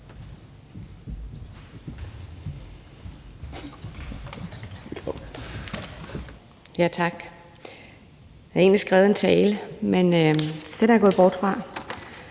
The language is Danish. Tak. Jeg havde egentlig skrevet en tale, men den er jeg gået bort fra.